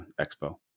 Expo